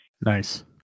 Nice